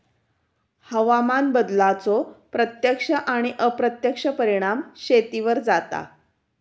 हवामान बदलाचो प्रत्यक्ष आणि अप्रत्यक्ष परिणाम शेतीवर जाता